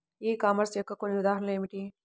ఈ కామర్స్ యొక్క కొన్ని ఉదాహరణలు ఏమిటి?